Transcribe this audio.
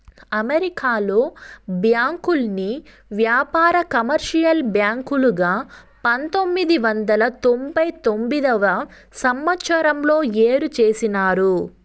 అమెరికాలో బ్యాంకుల్ని వ్యాపార, కమర్షియల్ బ్యాంకులుగా పంతొమ్మిది వందల తొంభై తొమ్మిదవ సంవచ్చరంలో ఏరు చేసినారు